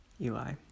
eli